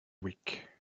week